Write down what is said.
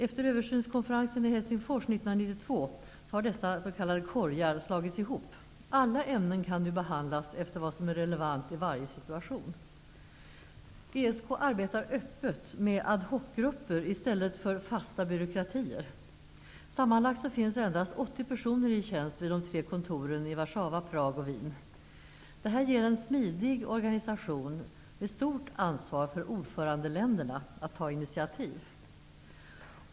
Efter översynskonferensen i Helsingfors 1992 har dessa ''korgar'' slagits ihop. Alla ämnen kan nu behandlas efter vad som är relevant i varje situation. ESK arbetar öppet med ad hoc-grupper i stället för med fasta byråkratier. Sammanlagt finns endast 80 Prag och Wien. Det ger en smidig organisation med stort ansvar för ordförandeländerna att ta initiativ.